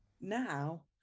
now